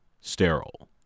Sterile